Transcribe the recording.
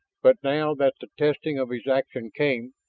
but now that the testing of his action came,